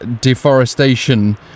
deforestation